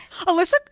Alyssa